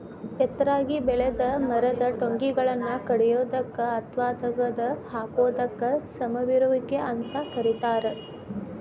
ಎತ್ತರಾಗಿ ಬೆಳೆದ ಮರದ ಟೊಂಗಿಗಳನ್ನ ಕಡಿಯೋದಕ್ಕ ಅತ್ವಾ ತಗದ ಹಾಕೋದಕ್ಕ ಸಮರುವಿಕೆ ಅಂತ ಕರೇತಾರ